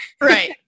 right